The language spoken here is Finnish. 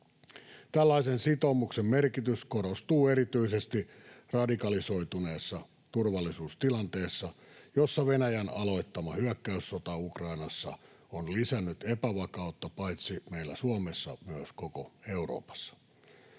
Tällaisen sitoumuksen merkitys korostuu erityisesti radikalisoituneessa turvallisuustilanteessa, jossa Venäjän aloittama hyökkäyssota Ukrainassa on lisännyt epävakautta paitsi meillä Suomessa myös koko Euroopassa.